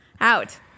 out